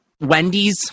Wendy's